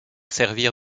servir